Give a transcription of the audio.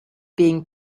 being